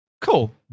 Cool